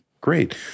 Great